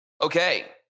Okay